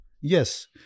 Yes